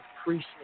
appreciate